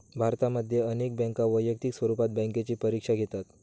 भारतामध्ये अनेक बँका वैयक्तिक स्वरूपात बँकेची परीक्षा घेतात